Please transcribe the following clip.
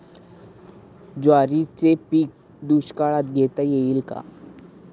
ज्वारीचे पीक दुष्काळात घेता येईल का?